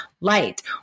light